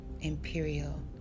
Imperial